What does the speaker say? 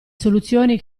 soluzioni